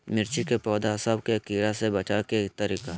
मिर्ची के पौधा सब के कीड़ा से बचाय के तरीका?